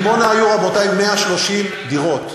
בדימונה היו, רבותי, 130 דירות.